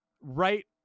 right